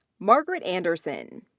margaret anderson,